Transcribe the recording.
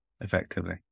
effectively